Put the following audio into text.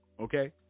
Okay